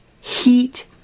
heat